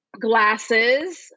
glasses